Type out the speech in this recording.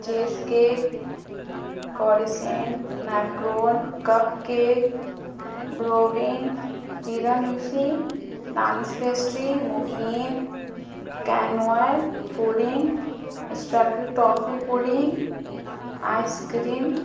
چیز cake croissant macaron cupcake brownie tiramisu danish pastry muffin cannoli pudding اسٹراکیڈ toffee pudding ice کریم